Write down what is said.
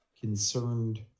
concerned